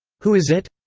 who is it?